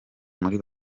muri